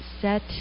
set